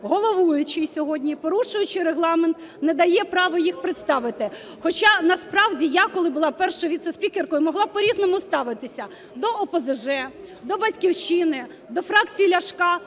головуючий сьогодні, порушуючи Регламент, не дає право їх представити. Хоча, насправді, я, коли була першою віце-спікеркою, могла по-різному ставитися до ОПЗЖ, до "Батьківщини", до фракції Ляшка,